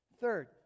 Third